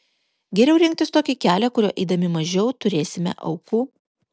geriau rinktis tokį kelią kuriuo eidami mažiau turėsime aukų